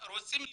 ורוצים לשרוד.